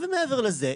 ומעבר לזה,